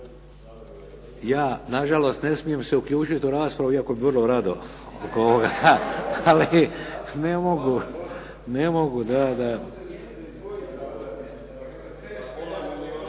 Ja nažalost ne smijem se uključiti u raspravu, iako bih vrlo rado, ali ne mogu. … /Govornici